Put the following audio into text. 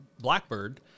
Blackbird